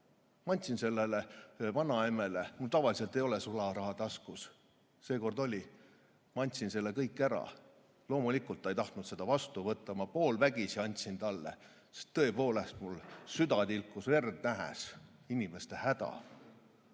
Ma andsin sellele vanamemmele [raha]. Mul tavaliselt ei ole sularaha taskus, seekord oli, ma andsin selle kõik ära. Loomulikult ta ei tahtnud seda vastu võtta, ma poolvägisi andsin talle, sest tõepoolest mul süda tilkus verd, nähes inimese häda.